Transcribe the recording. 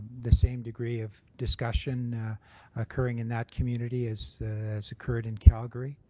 the same degree of discussion occurring in that community as as occurred in calgary.